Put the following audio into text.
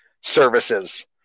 services